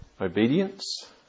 obedience